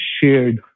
shared